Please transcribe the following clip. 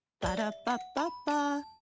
Ba-da-ba-ba-ba